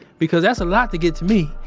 because it's a lot to get to me.